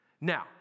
Now